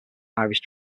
irish